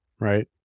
right